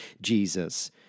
Jesus